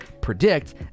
predict